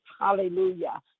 Hallelujah